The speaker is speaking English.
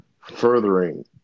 furthering